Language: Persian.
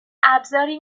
ابزاری